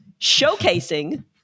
showcasing